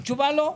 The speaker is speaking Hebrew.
התשובה היא לא.